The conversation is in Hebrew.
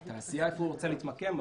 איפה התעשייה רוצה להתמקם,